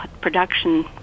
production